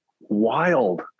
wild